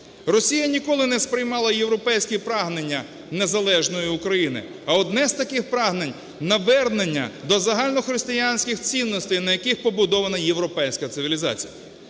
Росія ніколи не сприймала європейські прагнення незалежної України, а одне з таких прагнень – навернення до загальнохристиянських цінностей, на яких побудована європейська цивілізація.